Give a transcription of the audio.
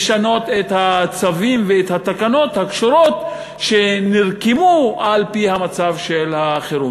לשנות את הצווים ואת התקנות הקשורות שנרקמו על-פי המצב של החירום.